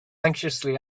anxiously